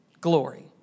glory